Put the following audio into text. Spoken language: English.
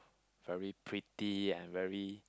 very pretty and very